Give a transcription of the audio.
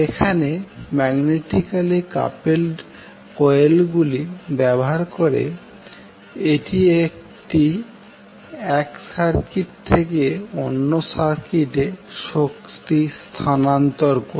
এখনে magnetically coupled কয়েলগুলি ব্যবহার করে এটি এক সার্কিট থেকে অন্য সার্কিটে শক্তি স্থানান্তর করে